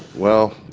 well,